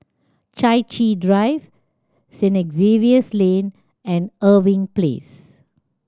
Chai Chee Drive Saint Xavier's Lane and Irving Place